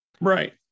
Right